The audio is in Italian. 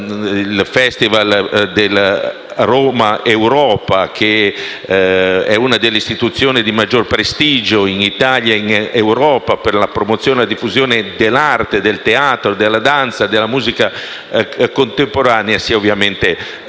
al Festival Romaeuropa, che è una delle manifestazioni di maggior prestigio, in Italia e in Europa, per la promozione e la diffusione dell'arte, del teatro, della danza e della musica contemporanea. Non ci